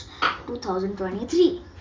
2023